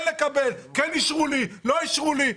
כן לקבל, כן אישרו לי, לא אישרו לי?